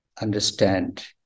understand